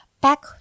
back